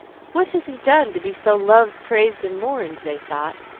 what has he done, to be so loved, praised, and mourned? they thought,